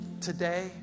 today